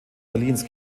berlins